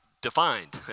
defined